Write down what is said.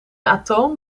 atoom